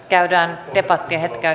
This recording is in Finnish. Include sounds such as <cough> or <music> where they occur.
käydään debattia hetken <unintelligible>